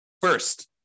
First